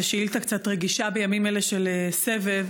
זאת שאילתה קצת רגישה בימים אלה של סבב,